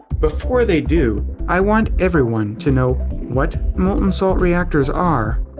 before they do, i want everyone to know what molten-salt reactors are,